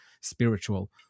spiritual